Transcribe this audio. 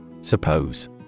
Suppose